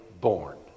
born